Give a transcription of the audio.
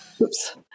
oops